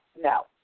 no